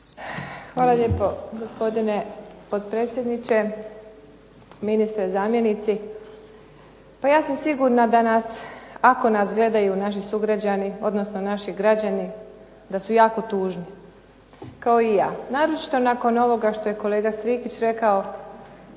Hvala lijepo, gospodine potpredsjedniče. Ministre, zamjenici. Pa ja sam sigurna da nas, ako nas gledaju naši sugrađani odnosno naši građani, da su jako tužni kao i ja, naročito nakon ovoga što je kolega Strikić rekao